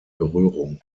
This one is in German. berührung